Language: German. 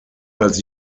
als